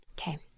Okay